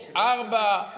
ארבע,